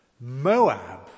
Moab